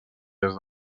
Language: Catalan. est